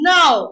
Now